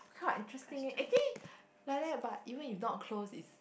kind of interesting yet actually like that but even if not close is